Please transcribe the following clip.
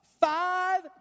five